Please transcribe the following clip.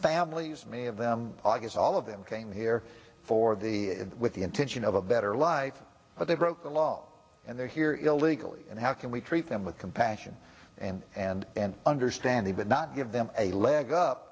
families many of them i guess all of them came here for the with the intention of a better life but they broke the law and they're here illegally and how can we treat them with compassion and and understanding but not give them a leg up